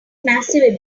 massive